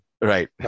right